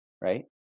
Right